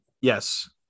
Yes